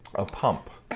a pump?